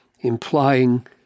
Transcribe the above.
implying